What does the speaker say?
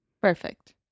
Perfect